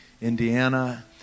Indiana